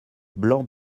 blanc